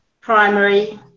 primary